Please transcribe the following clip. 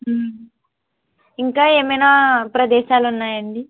ఇంకా ఏమైనా ప్రదేశాలు ఉన్నాయండి